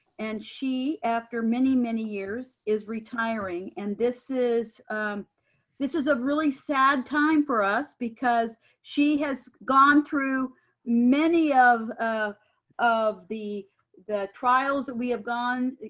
and she, after many, many years is retiring. and this is this is a really sad time for us because she has gone through many of ah of the the trials that we have gone,